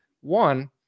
One